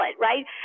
right